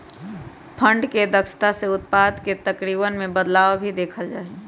fund के दक्षता से उत्पाद के तरीकवन में बदलाव भी देखल जा हई